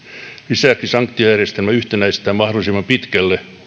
lisäksi sanktiojärjestelmä yhtenäistetään mahdollisimman pitkälle